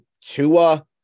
Tua